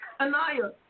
Anaya